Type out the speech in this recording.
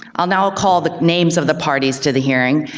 i'll now call the names of the parties to the hearing,